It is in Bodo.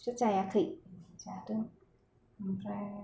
नोंसोर जायाखै आंहा जादों ओमफ्राय मा